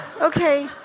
okay